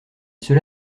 cela